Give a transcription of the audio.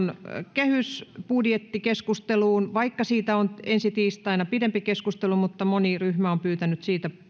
kehysbudjettikeskusteluun vaikka siitä on ensi tiistaina pidempi keskustelu mutta moni ryhmä on pyytänyt siitä